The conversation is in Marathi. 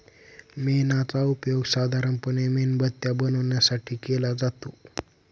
मेणाचा उपयोग साधारणपणे मेणबत्त्या बनवण्यासाठी केला जातो